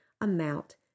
amount